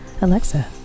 Alexa